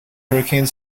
hurricane